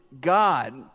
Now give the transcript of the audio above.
God